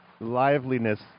liveliness